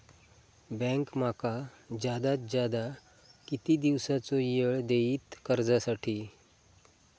Bank माका जादात जादा किती दिवसाचो येळ देयीत कर्जासाठी?